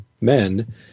men